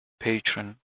patron